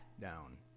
down